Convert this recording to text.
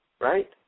right